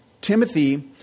Timothy